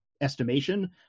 estimation